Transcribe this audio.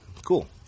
cool